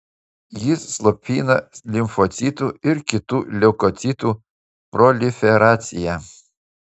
jis slopina limfocitų ir kitų leukocitų proliferaciją